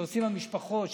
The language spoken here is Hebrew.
שעושות המשפחות,